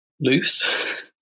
Loose